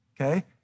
okay